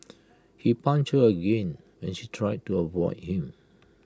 he punched her again when she tried to avoid him